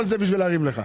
כל זה בשביל להרים לך.